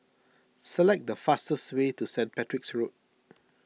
select the fastest way to Saint Patrick's Road